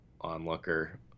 onlooker